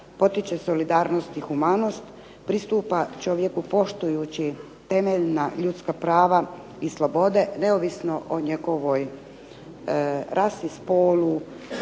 potiče solidarnost i humanost, pristupa čovjeku poštujući temeljna ljudska prava i slobode, neovisno njegovoj rasi, spolu,